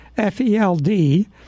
F-E-L-D